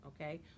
okay